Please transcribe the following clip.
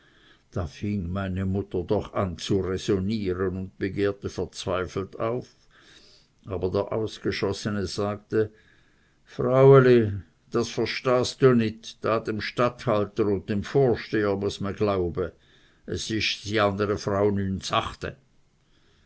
da fing meine mutter doch an zu räsonnieren und begehrte verzweifelt auf aber der ausgeschossene sagte fraueli das verstahst du nit da dem statthalter und dem vorsteher mueß me glaube es isch si a n ere frau